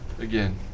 again